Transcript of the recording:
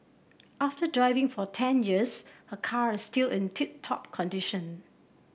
after driving for ten years her car is still in tip top condition